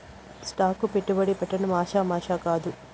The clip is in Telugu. స్టాక్ కు పెట్టుబడి పెట్టడం ఆషామాషీ కాదు